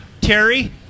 Terry